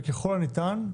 וככל הניתן,